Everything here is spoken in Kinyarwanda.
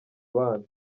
bana